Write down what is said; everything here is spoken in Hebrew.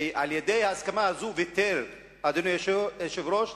ועל-ידי ההסכמה הזו ויתר, אדוני היושב-ראש,